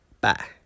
Bye